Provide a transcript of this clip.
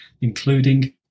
including